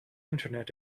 internet